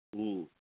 ம்